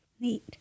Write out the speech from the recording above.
Neat